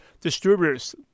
distributors